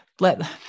let